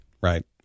Right